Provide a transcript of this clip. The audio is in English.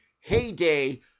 heyday